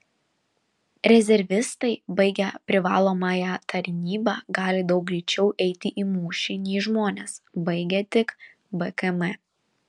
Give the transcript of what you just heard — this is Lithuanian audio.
rezervistai baigę privalomąją tarnybą gali daug greičiau eiti į mūšį nei žmonės baigę tik bkm